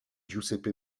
giuseppe